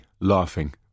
laughing